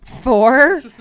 Four